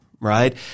Right